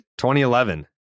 2011